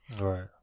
Right